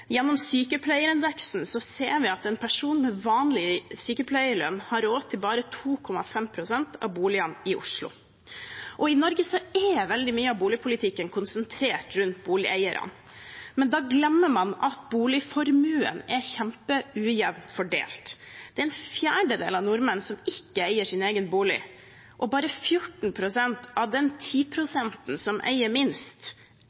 Gjennom sykepleierindeksen ser vi at en person med vanlig sykepleierlønn har råd til bare 2,5 pst. av boligene i Oslo. I Norge er veldig mye av boligpolitikken konsentrert rundt boligeierne, men da glemmer man at boligformuen er kjempeujevnt fordelt. En fjerdedel av alle nordmenn eier ikke sin egen bolig, og bare 14 pst. av den